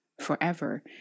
forever